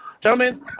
gentlemen